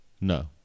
No